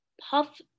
puff